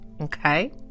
Okay